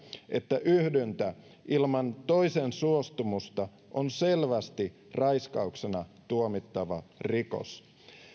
että yhdyntä ilman toisen suostumusta on selvästi raiskauksena tuomittava rikos